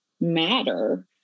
matter